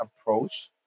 approach